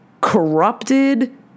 corrupted